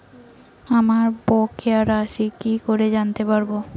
আমার বকেয়া রাশি কি করে জানতে পারবো?